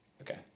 Okay